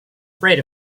afraid